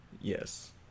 Yes